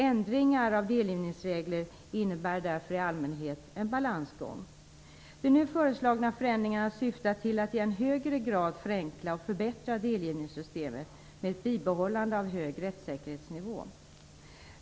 Ändringar av delgivningsregler innebär därför i allmänhet en balansgång. De nu föreslagna förändringarna syftar till att i än högre grad förenkla och förbättra delgivningssystemet med ett bibehållande av en hög rättssäkerhetsnivå.